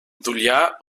δουλειά